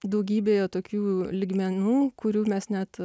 daugybėje tokių lygmenų kurių mes net